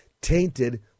tainted